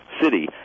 City